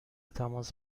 تماس